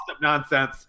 nonsense